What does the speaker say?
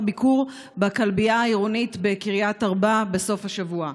ביקור בכלבייה העירונית בקריית ארבע בסוף השבוע: